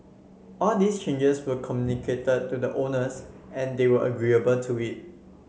all these changes were communicated to the owners and they were agreeable to it